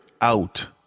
out